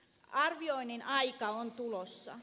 arvioinnin aika on tulossa